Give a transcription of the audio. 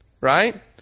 Right